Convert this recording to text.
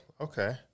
okay